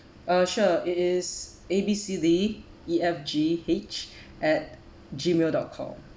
uh sure it is A B C D E F G H at gmail dot com